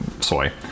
soy